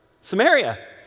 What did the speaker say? Samaria